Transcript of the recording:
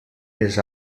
més